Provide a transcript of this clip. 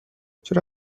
چرا